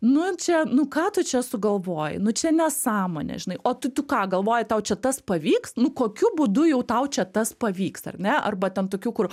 nu čia nu ką tu čia sugalvojai nu čia nesąmonė žinai o tu tu ką galvoji tau čia tas pavyks nu kokiu būdu jau tau čia tas pavyks ar ne arba ten tokių kur